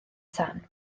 tân